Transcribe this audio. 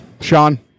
Sean